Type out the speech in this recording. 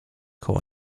koło